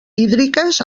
hídriques